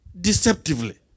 deceptively